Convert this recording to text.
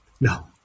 No